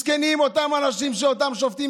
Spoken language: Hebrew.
מסכנים אותם האנשים שאותם שופטים,